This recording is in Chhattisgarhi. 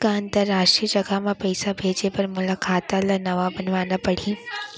का अंतरराष्ट्रीय जगह म पइसा भेजे बर मोला खाता ल नवा बनवाना पड़ही?